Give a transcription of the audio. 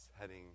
heading